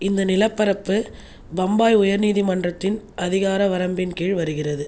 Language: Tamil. இந்த நிலப்பரப்பு பம்பாய் உயர் நீதிமன்றத்தின் அதிகார வரம்பின் கீழ் வருகிறது